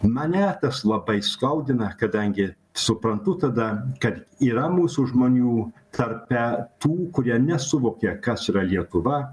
mane tas labai skaudina kadangi suprantu tada kad yra mūsų žmonių tarpe tų kurie nesuvokia kas yra lietuva